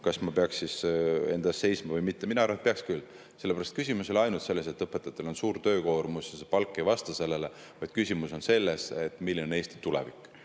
kas ma peaks siis enda eest seisma või mitte?" Mina arvan, et peaks küll, sellepärast et küsimus ei ole ainult selles, et õpetajatel on suur töökoormus ja palk ei vasta sellele, vaid küsimus on selles, milline on Eesti tulevik.